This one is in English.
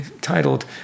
titled